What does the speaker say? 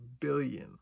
billion